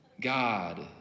God